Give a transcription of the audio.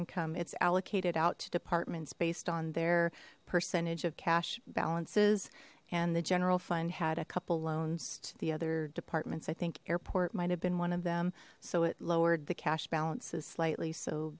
income it's allocated out to departments based on their percentage of cash balances and the general fund had a couple loans to the other departments i think airport might have been one of them so it lowered the cash balances slightly so